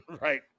right